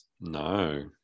No